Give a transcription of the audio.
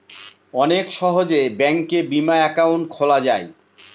অনেক সহজে ব্যাঙ্কে বিমা একাউন্ট খোলা যায়